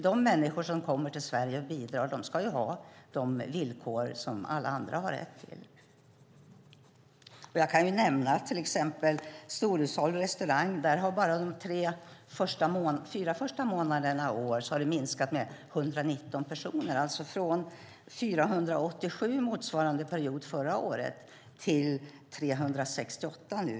De människor som kommer till Sverige och bidrar ska ha de villkor som alla andra har rätt till. Jag kan nämna att när det gäller storhushåll och restaurang har det under de fyra första månaderna i år minskat med 119 personer; det har gått ned från 487 motsvarande period förra året till 368 nu.